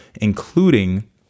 including